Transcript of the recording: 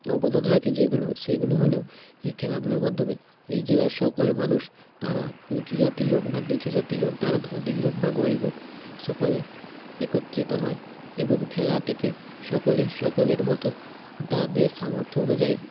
অবদান রাখে যেগুলো সেইগুলো হলো এই খেলাধুলোর মাধ্যমে এই জেলার সকল মানুষ তারা উঁচু জাতি হোক বা নিচু জাতি হোক তারা ধনীই হোক বা গরিব হোক সকলে একত্রিত হয়ে এবং খেলাটিকে সকলে সকলের মতো তাদের সামর্থ্য অনুযায়ী